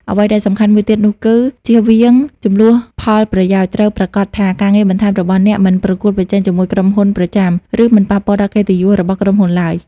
អ្វីដែលសំខាន់មួយទៀតនោះគឺជៀសវាងជម្លោះផលប្រយោជន៍ត្រូវប្រាកដថាការងារបន្ថែមរបស់អ្នកមិនប្រកួតប្រជែងជាមួយក្រុមហ៊ុនប្រចាំ ឬមិនប៉ះពាល់ដល់កិត្តិយសរបស់ក្រុមហ៊ុនឡើយ។